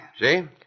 See